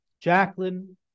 Jacqueline